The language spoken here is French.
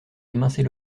émincer